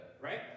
right